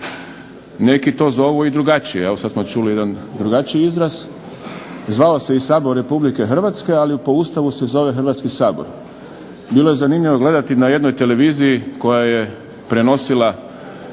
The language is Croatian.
Neki to zovu i drugačije, evo sad smo čuli jedan drugačiji izraz. Zvao se i Sabor Republike Hrvatske, ali po Ustavu se zove Hrvatski sabor. Bilo je zanimljivo gledati na jednoj televiziji koja je prenosila